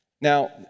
Now